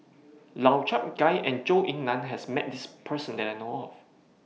Lau Chiap Khai and Zhou Ying NAN has Met This Person that I know of